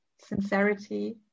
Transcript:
sincerity